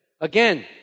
Again